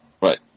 Right